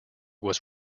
was